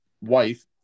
wife